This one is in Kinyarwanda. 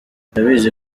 ndabizi